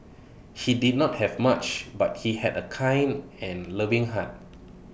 he did not have much but he had A kind and loving heart